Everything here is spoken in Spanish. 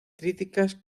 críticas